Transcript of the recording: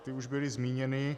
Ty už byly zmíněny.